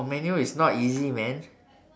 oh manual is not easy man